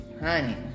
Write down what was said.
Honey